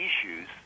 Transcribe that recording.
issues